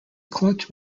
clutch